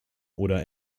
oder